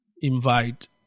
invite